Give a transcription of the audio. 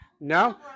No